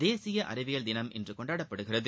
தேசிய அறிவியல் தினம் இன்று கொண்டாடப்படுகிறது